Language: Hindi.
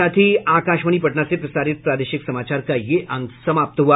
इसके साथ ही आकाशवाणी पटना से प्रसारित प्रादेशिक समाचार का ये अंक समाप्त हुआ